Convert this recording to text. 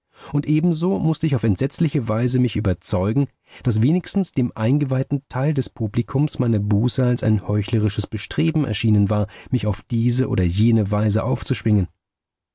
und ebenso mußte ich auf entsetzliche weise mich überzeugen daß wenigstens dem eingeweihten teil des publikums meine buße als ein heuchlerisches bestreben erschienen war mich auf diese oder jene weise aufzuschwingen